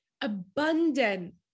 abundant